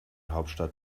hauptstadt